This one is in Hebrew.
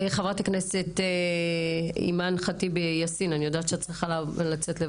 חברת הכנסת אימאן ח'טיב יאסין, בבקשה.